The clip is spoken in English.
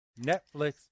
Netflix